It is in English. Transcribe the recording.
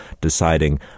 deciding